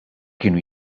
kienu